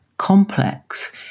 complex